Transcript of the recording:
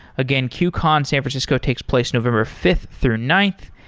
again, qcon san francisco takes place november fifth through ninth,